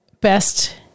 best